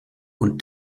und